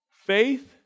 Faith